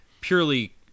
purely